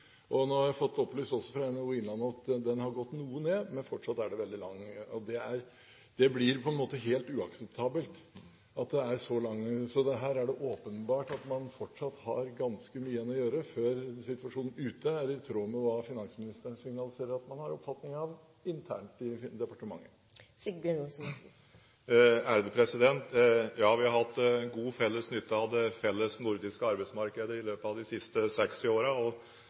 Jeg har også fått opplyst fra NHO Innlandet at den nå har gått noe ned, men fortsatt er den veldig lang. Det er helt uakseptabelt at saksbehandlingstiden er så lang. Det er åpenbart at man fortsatt har ganske mye igjen å gjøre før situasjonen der ute er i tråd med hva finansministeren signaliserer er oppfatningen internt i departementet. Ja, vi har hatt god felles nytte av det felles nordiske arbeidsmarkedet i løpet av de siste 60